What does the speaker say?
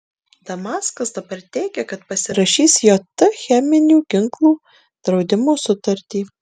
damaskas dabar teigia kad pasirašys jt cheminių ginklų draudimo sutartį